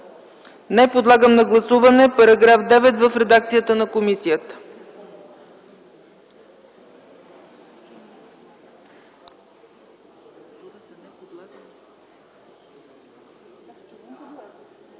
Не. Подлагам на гласуване § 9 в редакцията на комисията.